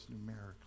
numerically